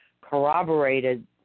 corroborated